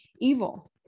evil